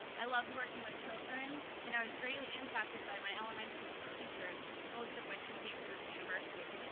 i loved working with children and i was greatly impacted by my elementary school teachers most of what you came to this university.